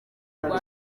rwa